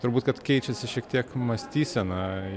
turbūt kad keičiasi šiek tiek mąstysena